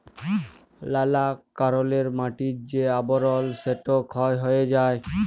লালা কারলে মাটির যে আবরল সেট ক্ষয় হঁয়ে যায়